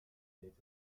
deed